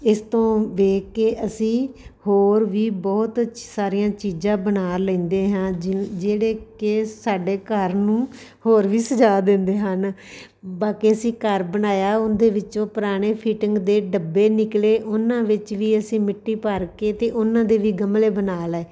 ਇਸ ਤੋਂ ਵੇਖ ਕੇ ਅਸੀਂ ਹੋਰ ਵੀ ਬਹੁਤ ਸਾਰੀਆਂ ਚੀਜ਼ਾਂ ਬਣਾ ਲੈਂਦੇ ਹਾਂ ਜੀ ਜਿਹੜੇ ਕਿ ਸਾਡੇ ਘਰ ਨੂੰ ਹੋਰ ਵੀ ਸਜਾ ਦਿੰਦੇ ਹਨ ਬਾਕੀ ਅਸੀਂ ਘਰ ਬਣਾਇਆ ਉਹਦੇ ਵਿੱਚੋਂ ਪੁਰਾਣੇ ਫਿਟਿੰਗ ਦੇ ਡੱਬੇ ਨਿਕਲੇ ਉਹਨਾਂ ਵਿੱਚ ਵੀ ਅਸੀਂ ਮਿੱਟੀ ਭਰ ਕੇ ਅਤੇ ਉਹਨਾਂ ਦੇ ਵੀ ਗਮਲੇ ਬਣਾ ਲਏ